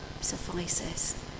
suffices